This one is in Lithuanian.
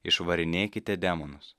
išvarinėkite demonus